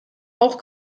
auch